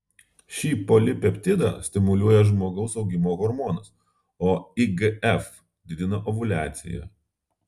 šį polipeptidą stimuliuoja žmogaus augimo hormonas o igf didina ovuliaciją